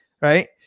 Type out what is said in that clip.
Right